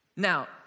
Now